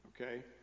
Okay